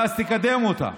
ואז תקדם אותה.